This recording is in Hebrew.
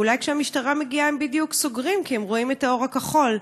אולי כשהמשטרה מגיעה הם בדיוק סוגרים כי הם רואים את האור הכחול.